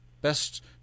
Best